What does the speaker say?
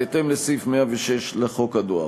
בהתאם לסעיף 106 לחוק הדואר.